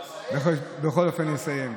בכל אופן אני אסיים.